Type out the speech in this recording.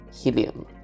helium